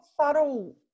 subtle